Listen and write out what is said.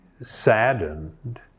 saddened